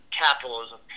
capitalism